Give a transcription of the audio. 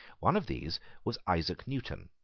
one of these was isaac newton,